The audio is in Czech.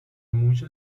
může